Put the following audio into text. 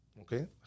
Okay